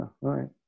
right